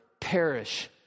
perish